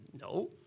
No